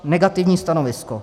Negativní stanovisko.